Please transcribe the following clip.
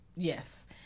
Yes